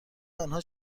آنها